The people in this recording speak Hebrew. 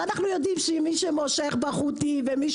אנחנו יודעים שמי שמושך בחוטים ומי